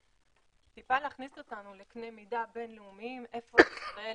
בקנה מידה בין-לאומי, ישראל